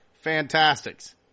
Fantastics